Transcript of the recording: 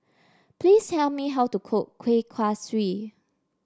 please tell me how to cook Kueh Kaswi